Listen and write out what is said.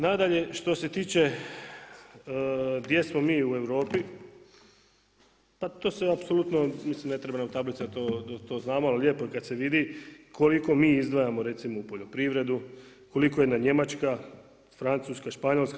Nadalje, što se tiče gdje smo mi u Europi, pa to se apsolutno, mislim ne trebaju nam tablice, to znamo, ali lijepo je kad se vidi koliko mi izdvajamo recimo u poljoprivredu, koliko jedna Njemačka, Francuska, Španjolska.